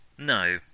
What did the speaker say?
No